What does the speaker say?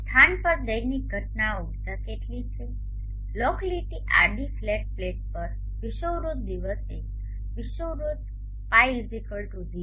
સ્થાન પર દૈનિક ઘટના ઉર્જા કેટલી છે લોકલીટી આડી ફ્લેટ પ્લેટ પર વિષુવવૃત્ત દિવસે વિષુવવૃત્ત ϕ0